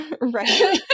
Right